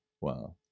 Wow